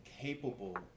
capable